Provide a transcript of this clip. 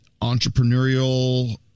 entrepreneurial